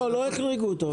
לא, לא החריגו אותו.